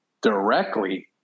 directly